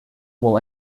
will